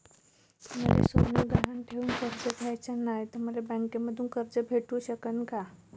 मले सोनं गहान ठेवून कर्ज घ्याचं नाय, त मले बँकेमधून कर्ज भेटू शकन का?